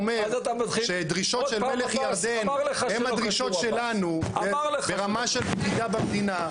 ואומר שהדרישות של מלך ירדן הן הדרישות שלנו ברמה של בגידה במדינה,